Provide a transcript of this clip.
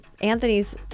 Anthony's